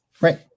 Right